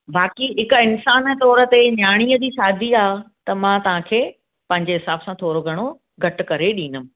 बाक़ी हिकु इंसांन जे तौर ते न्याणी जी शादी आहे त मां तव्हांखे पंहिंजे हिसाब सां थोरो घणो घटि करे ॾींदमि